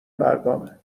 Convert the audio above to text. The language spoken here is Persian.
برگامه